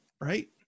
right